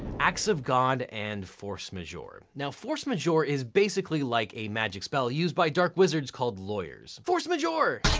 acts of god and force majeure. now, force majeure is basically like a magic spell used by dark wizards called lawyers. force majeure!